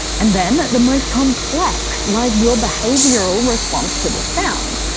and then the most complex, like your behavioural response to the sound.